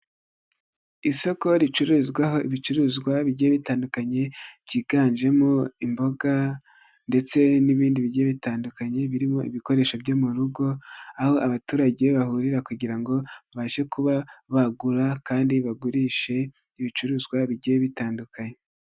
Isoko ricururizwa ibicuruzwa bigiye bitandukanye, byiganjemo imboga ndetse n'ibindi bigiye bitandukanye, birimo ibikoresho byo mu rugo, aho abaturage bahurira kugira ngo babashe kuba bagura kandi bagurishe ibicuruzwa bigiye bitandukanye.